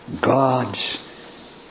God's